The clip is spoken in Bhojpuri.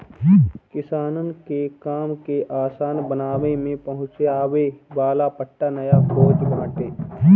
किसानन के काम के आसान बनावे में पहुंचावे वाला पट्टा नया खोज बाटे